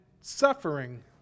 suffering